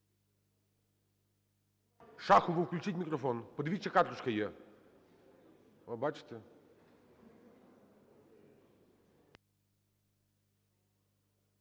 Шахову включіть мікрофон. Подивіться, чи карточка є. Бо бачите…